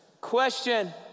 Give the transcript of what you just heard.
Question